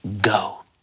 go